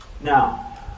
Now